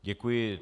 Děkuji.